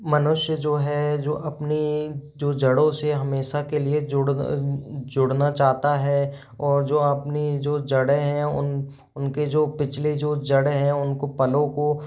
मनुष्य जो है जो अपनी जो जड़ों से हमेशा के लिए जुड़ना चाहता है और जो अपनी जो जड़ें हैं उनके जो पिछले जो जड़ें है उनको पलों को